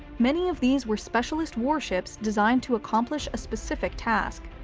many of these were specialist warships designed to accomplish a specific task.